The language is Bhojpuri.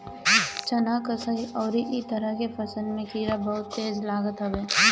चना, कराई अउरी इ तरह के फसल में कीड़ा बहुते तेज लागत हवे